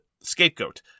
Scapegoat